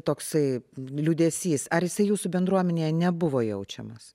toksai liūdesys ar jūsų bendruomenėje nebuvo jaučiamas